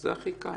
זה הכי קל.